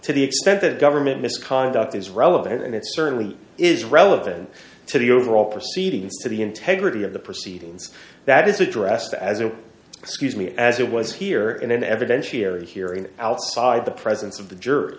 to the extent that government misconduct is relevant and it certainly is relevant to the overall proceedings to the integrity of the proceedings that is addressed as an excuse me as it was here in an evidentiary hearing outside the presence of the jur